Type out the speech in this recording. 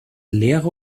lehre